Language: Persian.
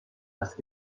است